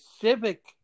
civic